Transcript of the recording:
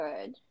good